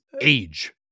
age